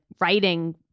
writing